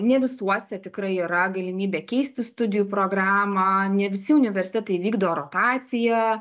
ne visuose tikrai yra galimybė keisti studijų programą ne visi universitetai vykdo rotaciją